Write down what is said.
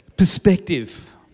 perspective